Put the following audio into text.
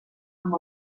amb